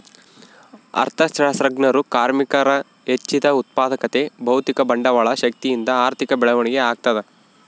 ಅರ್ಥಶಾಸ್ತ್ರಜ್ಞರು ಕಾರ್ಮಿಕರ ಹೆಚ್ಚಿದ ಉತ್ಪಾದಕತೆ ಭೌತಿಕ ಬಂಡವಾಳ ಶಕ್ತಿಯಿಂದ ಆರ್ಥಿಕ ಬೆಳವಣಿಗೆ ಆಗ್ತದ